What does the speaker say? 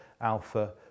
alpha